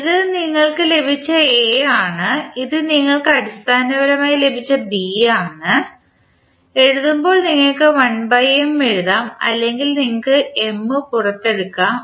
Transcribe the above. ഇത് നിങ്ങൾക്ക് ലഭിച്ച A ആണ് ഇത് നിങ്ങൾക്ക് അടിസ്ഥാനപരമായി ലഭിച്ച B ആണ് എഴുതുമ്പോൾ നിങ്ങൾക്ക് 1 M എഴുതാം അല്ലെങ്കിൽ നിങ്ങൾക്ക് M ഉം പുറത്തെടുക്കാം